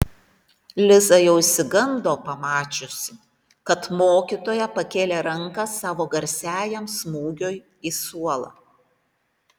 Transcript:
liza jau išsigando pamačiusi kad mokytoja pakėlė ranką savo garsiajam smūgiui į suolą